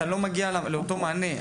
אתה לא מגיע לאותו מענה.